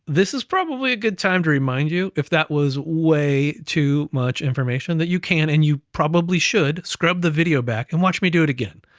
this is probably a good time to remind you if that was way too much information that you can, and you probably should scrub the video back, and watch me do it again.